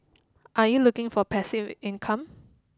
are you looking for passive income